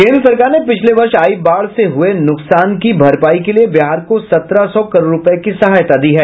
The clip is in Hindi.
केन्द्र सरकार ने पिछले वर्ष आयी बाढ़ से हुये नुकसान की भरपाई के लिए बिहार को सत्रह सौ करोड़ रूपये की सहायता दी है